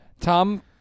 Tom